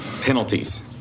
penalties